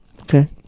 Okay